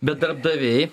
bet darbdaviai